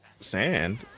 sand